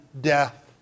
death